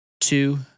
two